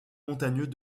montagneux